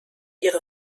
ihre